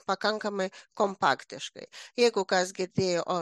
pakankamai kompaktiškai jeigu kas girdėjo